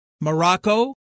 Morocco